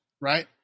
right